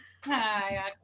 Hi